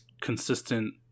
consistent